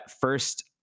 first